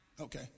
okay